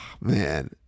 Man